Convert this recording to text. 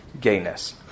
gayness